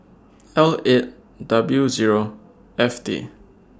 L eight W Zero F T